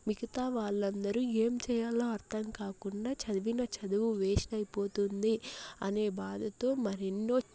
మిగితా వాళ్లందరు ఏం చేయాలో అర్దంకాకుండా చదివిన చదువు వేస్ట్ అయిపోతుంది అనే బాధతో మరెన్నో